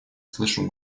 слышу